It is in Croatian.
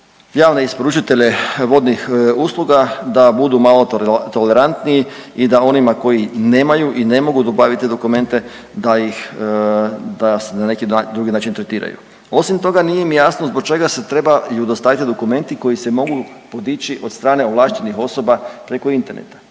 javne isporučitelje vodnih usluga da budu malo tolerantniji i da onima koji nemaju i ne mogu dobaviti te dokumente da ih da se na drugi način tretiraju. Osim toga nije mi jasno zbog čega se trebaju dostavljati dokumenti koji se mogu podići od strane ovlaštenih osoba preko interneta?